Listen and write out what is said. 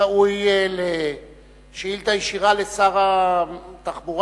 ראוי לשאילתא ישירה לשר התחבורה,